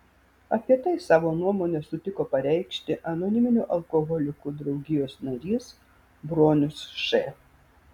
apie tai savo nuomonę sutiko pareikšti anoniminių alkoholikų draugijos narys bronius š